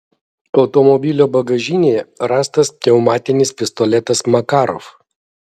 automobilio bagažinėje rastas pneumatinis pistoletas makarov